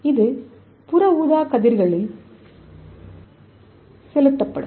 இது UV ஒளியால் செயல்படுத்தப்படும்